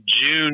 June